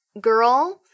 girl